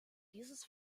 dieses